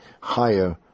higher